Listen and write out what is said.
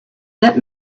let